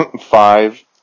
Five